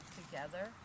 together